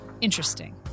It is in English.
interesting